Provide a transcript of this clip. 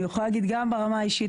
אני יכולה להגיד גם ברמה האישית,